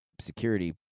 security